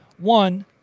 One